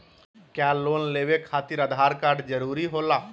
क्या लोन लेवे खातिर आधार कार्ड जरूरी होला?